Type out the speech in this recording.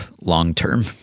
long-term